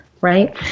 right